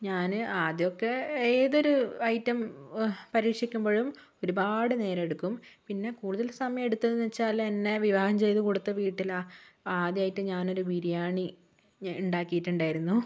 ഞാൻ ആദ്യമൊക്കെ ഏതൊരു ഐറ്റം പരീക്ഷിക്കുമ്പോഴും ഒരുപാടു നേരമെടുക്കും പിന്നെ കൂടുതൽ സമയം എടുത്തതെന്നു വച്ചാൽ എന്നെ വിവാഹം ചെയ്തു കൊടുത്ത വീട്ടിലാണ് ആദ്യമായിട്ടാണ് ഞാനൊരു ബിരിയാണി ഉണ്ടാക്കിയിട്ടുണ്ടായിരുന്നു